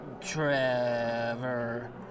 Trevor